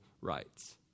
rights